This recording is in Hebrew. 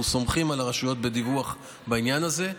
אנחנו סומכים על הרשויות בדיווח בעניין הזה.